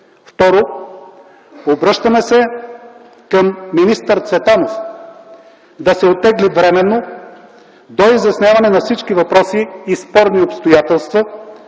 Второ, обръщаме се към министър Цветанов – да се оттегли временно до изясняване на всички въпроси и спорни обстоятелства,